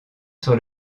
sur